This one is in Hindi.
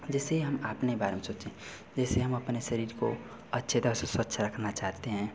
जैसे हम आपने बारे में सोचें जैसे हम अपने शरीर को अच्छे तरह से स्वच्छ रखना चाहते हैं